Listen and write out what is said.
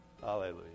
Hallelujah